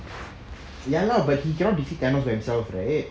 ya lah but he cannot be kill thanos by himself right